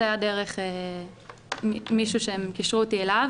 זה היה דרך מישהו שהם קישרו אותי אליו.